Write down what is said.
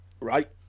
Right